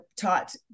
taught